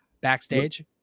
backstage